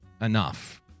Enough